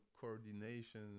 coordination